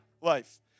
life